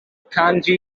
kanji